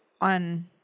on